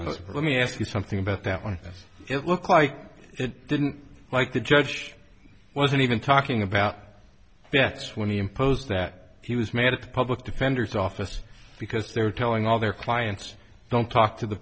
honest let me ask you something about that one it looks like it didn't like the judge wasn't even talking about bets when he imposed that he was made a public defender's office because they're telling all their clients don't talk to the